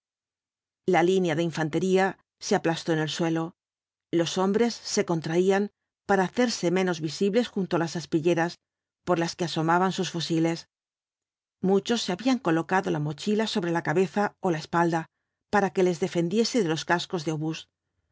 la línea de infantería se aplastó en el suelo los hombres se contraían para hacerse menos visibles junto á las aspilleras por las que asomaban sus fusiles muchos se habían colocado la mochila sobre la cabeza ó la espalda para que les defendiese de los cascos de obús